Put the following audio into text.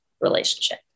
relationship